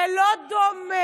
זה לא דומה,